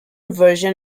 version